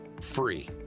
free